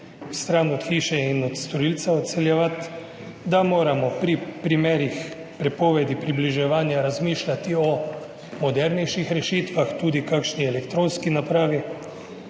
stran od hiše in od storilca odseljevati, da moramo pri primerih prepovedi približevanja razmišljati o modernejših rešitvah, tudi kakšni elektronski napravi.